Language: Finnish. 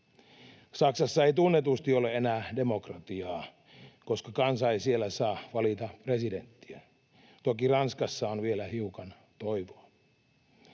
Saksassa ei tunnetusti ole enää demokratiaa, koska kansa ei siellä saa valita presidenttiä. Toki Ranskassa on vielä hiukan toivoa.